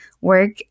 work